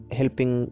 helping